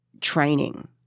training